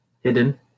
Hidden